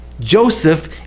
Joseph